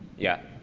yeah.